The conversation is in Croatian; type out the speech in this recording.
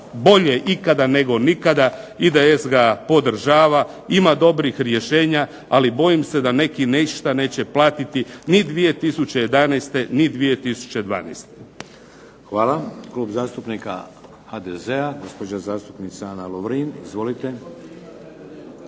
bolje ikada nego nikada, IDS ga podržava, ima dobrih rješenja, ali bojim se da neki ništa neće platiti, ni 2011. ni 2012. **Šeks, Vladimir (HDZ)** Hvala. Klub zastupnika HDZ-a, gospođa zastupnica Ana Lovrin. Izvolite.